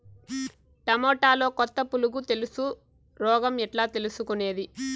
టమోటాలో కొత్త పులుగు తెలుసు రోగం ఎట్లా తెలుసుకునేది?